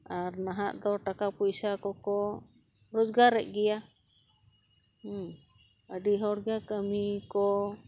ᱟᱨ ᱱᱟᱦᱟᱜ ᱫᱚ ᱴᱟᱠᱟ ᱯᱚᱭᱥᱟ ᱠᱚᱠᱚ ᱨᱚᱡᱽᱜᱟᱨᱮᱫ ᱜᱮᱭᱟ ᱟᱹᱰᱤ ᱦᱚᱲᱜᱮ ᱠᱟᱹᱢᱤ ᱠᱚ